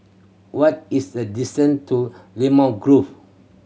what is the distance to Limau Grove